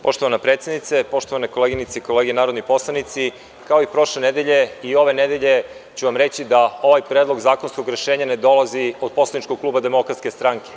Poštovana predsednice, poštovane koleginice i kolege narodni poslanici, kao i prošle nedelje, i ove nedelje ću vam reći da ovaj predlog zakonskog rešenja ne dolazi od poslaničkog kluba Demokratske stranke.